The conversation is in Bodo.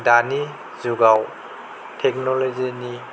दानि जुगाव टेकनलजिनि